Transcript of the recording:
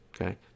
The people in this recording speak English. okay